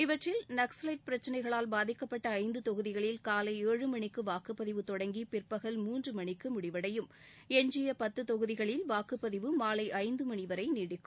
இவற்றில் நக்சலைட் பிரச்சினைகளால் பாதிக்கப்பட்ட ஐந்து தொகுதிகளில் காலை ஏழு மணிக்கு வாக்குப்பதிவு தொடங்கி பிற்பல் மூன்று மணிக்கு முடிவடையும் எஞ்சிய பத்து தொகுதிகளில் வாக்குப்பதிவு மாலை ஐந்து மணிவரை நீடிக்கும்